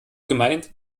gemeint